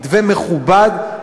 מתווה מכובד,